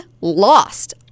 lost